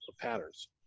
patterns